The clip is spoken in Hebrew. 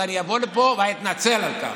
אז אני אבוא לפה ואני אתנצל על כך.